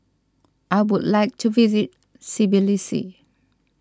I would like to visit Tbilisi